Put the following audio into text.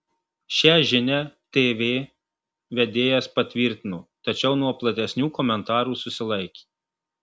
šią žinią tv vedėjas patvirtino tačiau nuo platesnių komentarų susilaikė